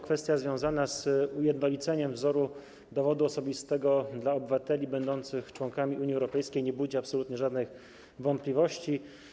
Kwestia związana z ujednoliceniem wzoru dowodu osobistego dla obywateli będących członkami Unii Europejskiej nie budzi absolutnie żadnych wątpliwości.